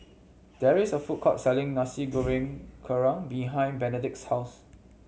there is a food court selling Nasi Goreng Kerang behind Benedict's house